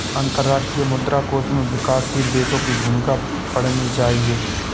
अंतर्राष्ट्रीय मुद्रा कोष में विकासशील देशों की भूमिका पढ़नी चाहिए